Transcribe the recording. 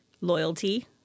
loyalty